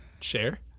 Share